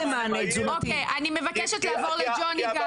אוקיי, אני מבקשת לעבור לג'וני גל.